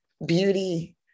beauty